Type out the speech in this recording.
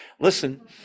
Listen